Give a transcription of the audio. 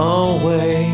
away